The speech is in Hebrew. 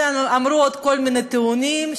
ואמרו עוד כל מיני טיעונים,